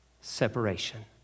separation